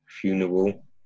funeral